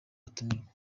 abatumirwa